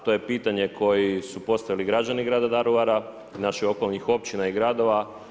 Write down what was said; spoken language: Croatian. To je pitanje koje su postavili građani grada Daruvara, naših okolnih općina i gradova.